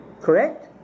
Correct